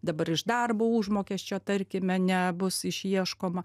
dabar iš darbo užmokesčio tarkim ane bus išieškoma